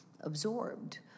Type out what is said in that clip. absorbed